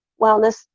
wellness